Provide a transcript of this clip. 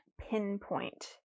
pinpoint